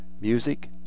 music